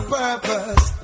purpose